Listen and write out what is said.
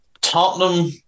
Tottenham